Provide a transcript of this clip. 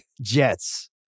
Jets